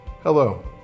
Hello